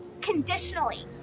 conditionally